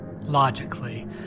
logically